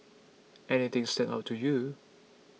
anything stand out to you